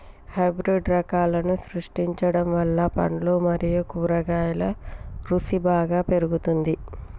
hybrid రకాలను సృష్టించడం వల్ల పండ్లు మరియు కూరగాయల రుసి బాగా పెరుగుతుంది